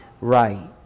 right